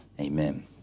Amen